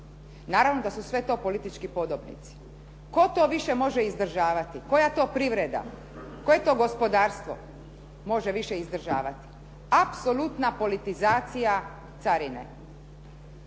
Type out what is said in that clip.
Naravno da su sve to politički podobnici. Tko to više može izdržavati? Koja to privreda? Koje to gospodarstvo može više izdržavati? Apsolutna politizacija carine.